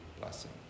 blessing